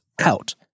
out